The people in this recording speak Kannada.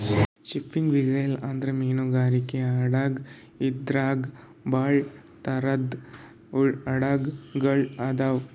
ಫಿಶಿಂಗ್ ವೆಸ್ಸೆಲ್ ಅಂದ್ರ ಮೀನ್ಗಾರಿಕೆ ಹಡಗ್ ಇದ್ರಾಗ್ ಭಾಳ್ ಥರದ್ ಹಡಗ್ ಗೊಳ್ ಅದಾವ್